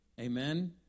amen